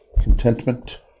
contentment